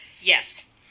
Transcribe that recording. yes